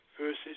Versus